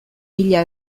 mila